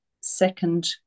second